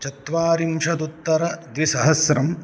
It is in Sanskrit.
चत्वारिंशदुत्तरद्विसहस्रम्